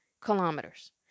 kilometers